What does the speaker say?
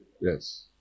Yes